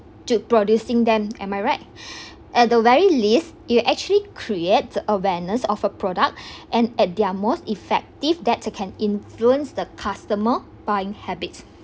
to producing them am I right at the very least you actually create the awareness of a product and at their most effective that can influence the customer buying habits